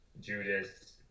Judas